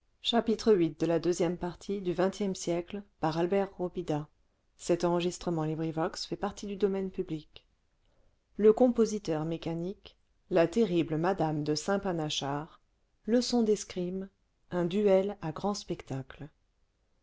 le compositeur mécanique la terrible madame de saint panàchardi leçons d'escrime un dael à grand spectacle